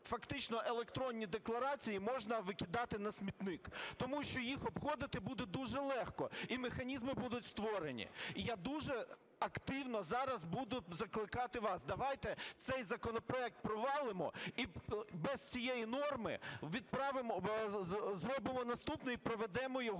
фактично електронні декларації можна викидати на смітник, тому що їх обходити буде дуже легко і механізми будуть створені. І я дуже активно зараз буду закликати вас, давайте цей законопроект провалимо і без цієї норми зробимо наступний і проведемо його